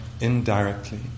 indirectly